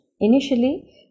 initially